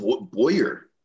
Boyer